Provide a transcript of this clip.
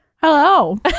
Hello